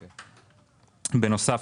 בנוסף,